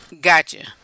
Gotcha